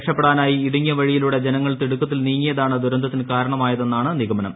രക്ഷപ്പെടാനായി ഇടുങ്ങിയും വഴിയിലൂടെ ജനങ്ങൾ തിടുക്കത്തിൽ നീങ്ങിയതാണ് ദുരന്തത്തിസ്റ്റ് കാർണമായതെന്നാണ് നിഗമനം